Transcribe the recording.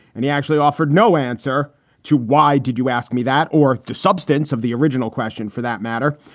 and he actually offered no answer to why did you ask me that? or the substance of the original question, for that matter?